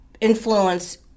influence